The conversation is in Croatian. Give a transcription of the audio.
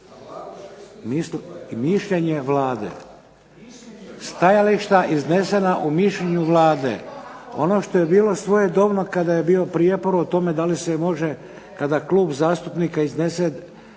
mišljenje Vlade. Stajališta iznesena u mišljenju Vlade. Ono što je bilo svojedobno kada je bio prijepor o tome da li se može kada klub zastupnika iznese